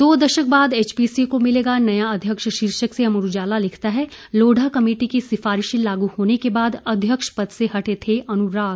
दो दशक बाद एचपीसीए को मिलेगा नया अध्यक्ष शीर्षक से अमर उजाला लिखता है लोढा कमेटी की सिफारिशें लागू होने के बाद अध्यक्ष पद से हटे थे अनुराग